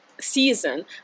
season